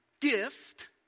gift